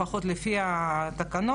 לפחות לפי התקנות,